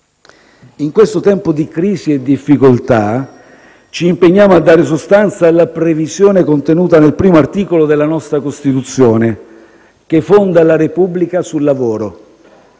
in questo tempo di crisi e difficoltà, ci impegniamo a dare sostanza alla previsione contenuta nel primo articolo della nostra Costituzione, che fonda la Repubblica sul lavoro.